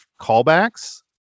callbacks